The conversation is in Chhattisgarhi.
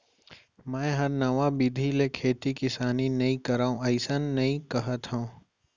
मैं हर नवा बिधि ले खेती किसानी नइ करव अइसन नइ कहत हँव